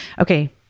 okay